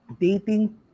dating